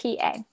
PA